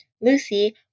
Lucy